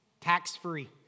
tax-free